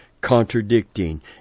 contradicting